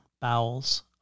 bowels